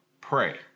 Pray